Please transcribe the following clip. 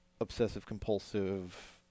obsessive-compulsive